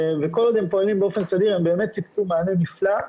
וכל עוד הם פעלו באופן סדיר הם באמת סיפקו מענה נפלא,